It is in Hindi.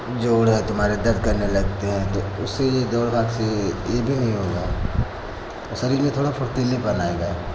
जोड़ है तुम्हारे दर्द करने लगते हैं तो इसीलिए दौड़ भाग से ये भी नहीं होगा शरीर में थोड़ा फुर्तीलीपन आएगा